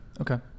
okay